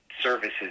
services